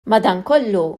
madanakollu